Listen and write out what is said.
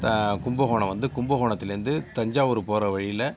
கும்பகோணம் வந்து கும்பகோணத்தில் இருந்து தஞ்சாவூர் போகிற வழியில்